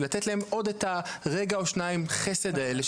לתת להם עוד רגע או שניים חסד האלה,